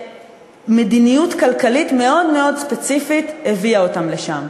שמדיניות כלכלית מאוד ספציפית הביאה אותם לשם.